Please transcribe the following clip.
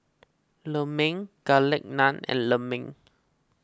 Lemang Garlic Naan and Lemang